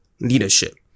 leadership